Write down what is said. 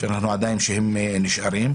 שאנחנו יודעים שהם נשארים.